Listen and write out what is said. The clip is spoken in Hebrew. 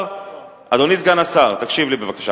אדוני סגן השר, תקשיב לי בבקשה.